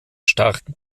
starken